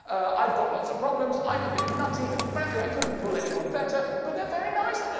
i have got lots of problems. i'm a bit nutty. frankly i couldn't pull anyone better but they're very nice.